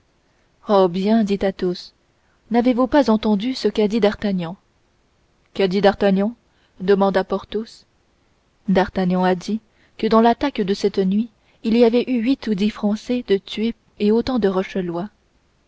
oh bien dit athos n'avez-vous pas entendu ce qu'a dit d'artagnan qu'a dit d'artagnan demanda porthos d'artagnan a dit que dans l'attaque de cette nuit il y avait eu huit ou dix français de tués et autant de